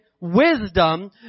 wisdom